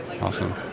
Awesome